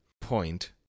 point